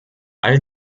all